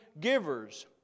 givers